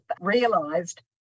realised